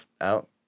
out